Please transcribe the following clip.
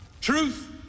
Truth